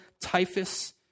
typhus